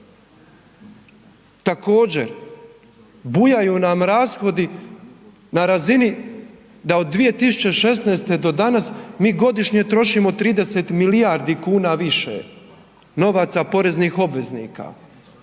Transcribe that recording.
Također, bujaju nam rashodi na razini da od 2016. do danas mi godišnje trošimo 30 milijardi kuna više novaca poreznih obveznika.